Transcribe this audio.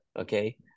okay